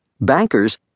bankers